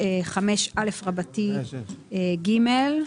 בסעיף 5א(ג)'.